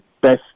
best